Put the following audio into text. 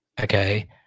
Okay